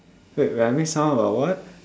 wait we having some of what